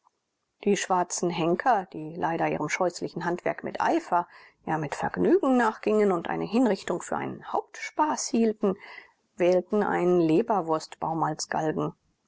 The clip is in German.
die schwarzen henker die leider ihrem scheußlichen handwerk mit eifer ja mit vergnügen nachgingen und eine hinrichtung für einen hauptspaß hielten wählten einen leberwurstbaum als galgen